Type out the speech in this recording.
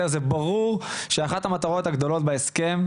זה ברור שאחת המטרות הגדולות בהסכם,